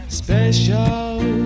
special